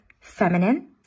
feminine